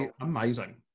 Amazing